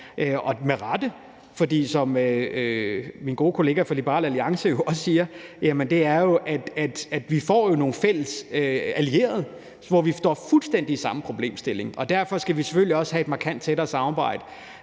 og med rette. For som min gode kollega fra Liberal Alliance jo også siger, er det sådan, at vi får nogle fælles allierede, hvor vi står fuldstændig med samme problemstilling. Derfor skal vi selvfølgelig også have et markant tættere samarbejde.